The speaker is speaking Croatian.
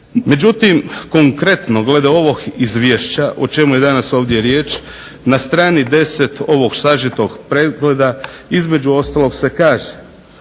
Međutim, konkretno glede ovog izvješće o čemu je danas ovdje riječ na str. 10 ovog sažetog pregleda između ostalog se kaže: